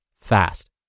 fast